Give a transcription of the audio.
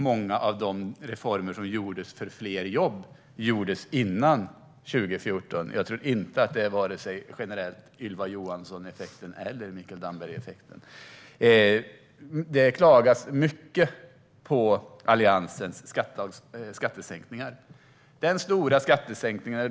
Många av de reformer som gjordes för fler jobb gjordes före 2014. Jag tror inte att det är vare sig en Ylva Johansson-effekt eller en Mikael Damberg-effekt. Det klagas mycket på Alliansens skattesänkningar.